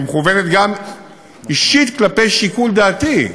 שמכוונת גם אישית כלפי שיקול דעתי.